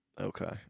Okay